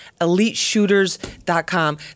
eliteshooters.com